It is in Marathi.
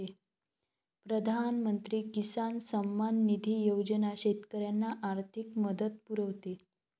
प्रधानमंत्री किसान सन्मान निधी योजना शेतकऱ्यांना आर्थिक मदत पुरवते